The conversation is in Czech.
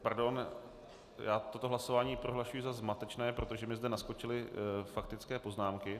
Pardon, já toto hlasování prohlašuji za zmatečné, protože mi zde naskočily faktické poznámky.